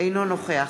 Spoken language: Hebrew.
אינו נוכח